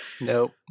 Nope